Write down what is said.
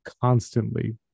constantly